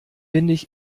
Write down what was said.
windig